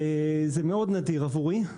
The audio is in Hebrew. זה מאוד נדיר עבורי.